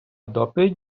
доповідь